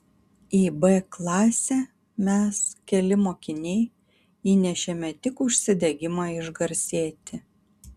į b klasę mes keli mokiniai įnešėme tik užsidegimą išgarsėti